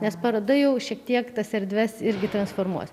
nes paroda jau šiek tiek tas erdves irgi transformuos